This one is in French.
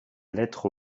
lettre